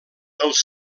els